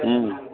हुँ